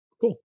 Cool